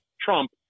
Trump